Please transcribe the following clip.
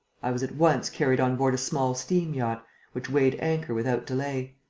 i was at once carried on board a small steam-yacht, which weighed anchor without delay.